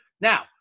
Now